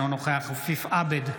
אינו נוכח עפיף עבד,